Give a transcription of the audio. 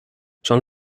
john